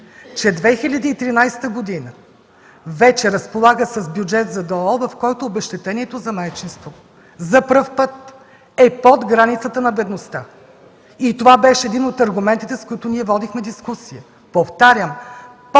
че 2013 г. вече разполага с бюджет за ДОО, в който обезщетението за майчинство за първи път е под границата на бедността. Това беше един от аргументите, с който ние водихме дискусия. Повтарям – под